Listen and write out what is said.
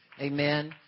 Amen